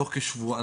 תוך כשבועיים,